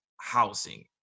housing